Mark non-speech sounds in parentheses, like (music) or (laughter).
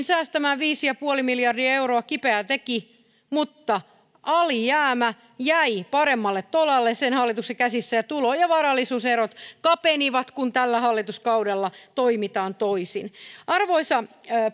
(unintelligible) säästämään viisi pilkku viisi miljardia euroa kipeää teki mutta alijäämä jäi paremmalle tolalle sen hallituksen käsissä ja tulo ja varallisuuserot kapenivat kun taas tällä hallituskaudella toimitaan toisin arvoisa